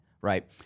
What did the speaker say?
right